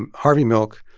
and harvey milk,